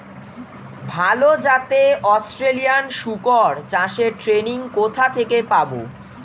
ভালো জাতে অস্ট্রেলিয়ান শুকর চাষের ট্রেনিং কোথা থেকে পাব?